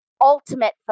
ultimate